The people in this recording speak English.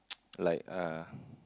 like uh